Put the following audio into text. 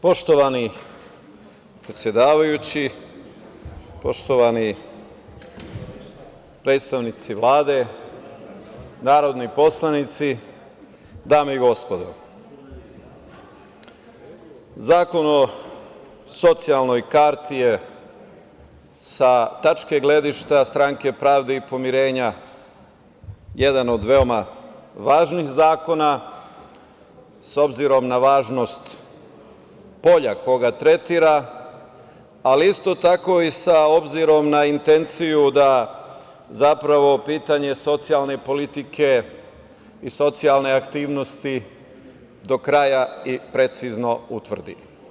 Poštovani predsedavajući, poštovani predstavnici Vlade, narodni poslanici, dame i gospodo, Zakon o socijalnoj karti je sa tačke gledišta Stranke pravde i pomirenja jedan od veoma važnih zakona, s obzirom na važnost polja koga tretira, ali isto tako i s obzirom na intenciju da, zapravo, pitanje socijalne politike i socijalne aktivnosti do kraja i precizno utvrdi.